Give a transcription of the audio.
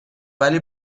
ولی